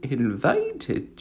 invited